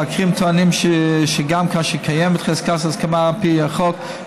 המבקרים טוענים שגם כאשר קיימת חזקת הסכמה על פי החוק,